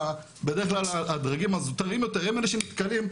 בדרך כלל הדרגים הזוטרים יותר הם אלה שנתקלים.